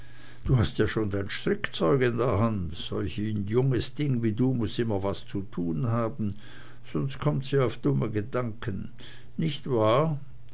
du hast ja schon dein strickzeug in der hand solch junges ding wie du muß immer was zu tun haben sonst kommt sie auf dumme gedanken nicht wahr